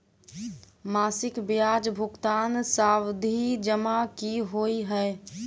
मासिक ब्याज भुगतान सावधि जमा की होइ है?